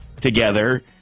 together